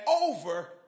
over